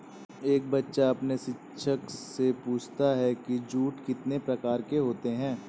एक बच्चा अपने शिक्षक से पूछता है कि जूट कितने प्रकार के होते हैं?